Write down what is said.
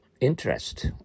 interest